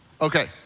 Okay